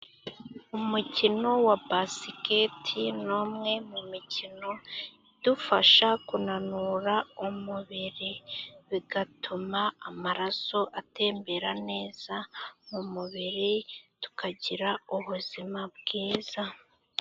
Umukino wa basiketi ni umwe mu mikino idufasha kunanura umubiri, bigatuma amaraso atembera neza mu mubiri tukagira ubuzima bwiza.